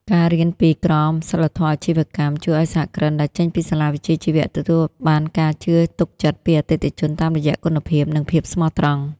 ការរៀនពី "ក្រមសីលធម៌អាជីវកម្ម" ជួយឱ្យសហគ្រិនដែលចេញពីសាលាវិជ្ជាជីវៈ ទទួលបានការជឿទុកចិត្តពីអតិថិជនតាមរយៈគុណភាព និងភាពស្មោះត្រង់។